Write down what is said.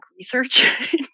research